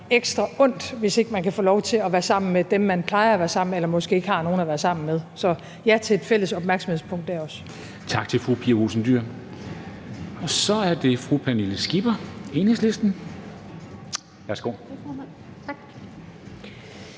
ekstra ondt, hvis ikke man kan få lov til at være sammen med dem, man plejer at være sammen med, eller måske ikke har nogen at være sammen med. Så jeg vil sige ja til et fælles opmærksomhedspunkt dér også. Kl. 14:01 Formanden (Henrik Dam Kristensen): Tak til fru Pia Olsen Dyhr. Så er det fru Pernille Skipper, Enhedslisten. Værsgo.